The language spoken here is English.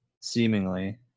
seemingly